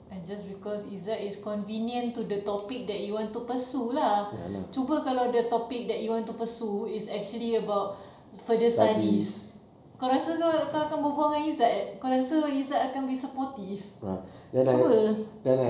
and just because izat is convenient to the topic that you want to pursue lah cuba kalau the topic that you want to pursue is actually about further studies kau rasa kau akan berbual dengan izat kau rasa izat will be supportive pasal apa